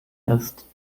ist